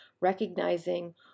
recognizing